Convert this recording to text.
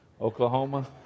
Oklahoma